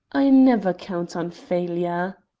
i never count on failure.